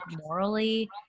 morally